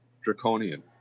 Draconian